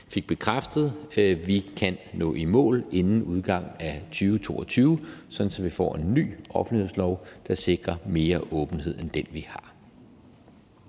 fik bekræftet, at vi kan nå i mål inden udgangen af 2022, sådan at vi får en ny offentlighedslov, der sikrer mere åbenhed end den, vi har.